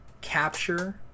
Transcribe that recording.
capture